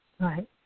Right